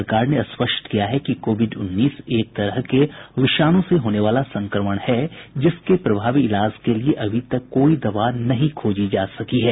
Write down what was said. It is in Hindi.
सरकार ने स्पष्ट किया है कि कोविड उन्नीस एक तरह के विषाणु से होने वाला संक्रमण है जिसके प्रभावी इलाज के लिए अभी तक कोई दवा नहीं खोजी जा सकी है